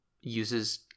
uses